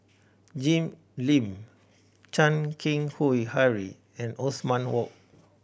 Jim Lim Chan Keng Howe Harry and Othman Wok